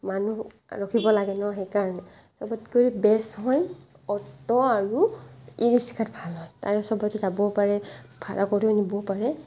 মানুহ ৰখিব লাগে ন সেইকাৰণে সবত কৰি বেষ্ট হয় অটো আৰু ই ৰিক্সাত ভাল হয় তাৰে চবতে যাবও পাৰে ভাৰা কৰিও নিব পাৰে